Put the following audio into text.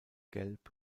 gelb